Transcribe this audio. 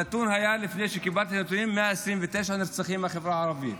הנתון היה לפני שקיבלתי את הנתונים 129 נרצחים בחברה הערבית.